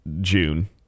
June